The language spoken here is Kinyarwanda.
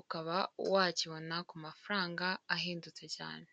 ukaba wakibona ku mafaranga ahindutse cyane.